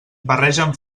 barregen